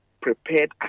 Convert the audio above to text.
prepared